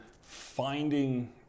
finding